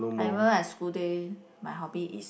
I remember I school day my hobby is